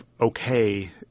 okay